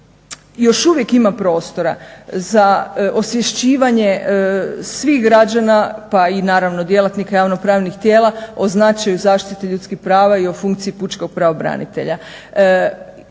još uvijek ima prostora za osvješćivanje svih građana pa i naravno djelatnika javnopravnih tijela o značaju zaštite ljudskih prava i o funkciji pučkog pravobranitelja.